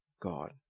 God